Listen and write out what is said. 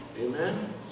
Amen